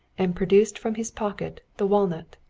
and produced from his pocket the walnut.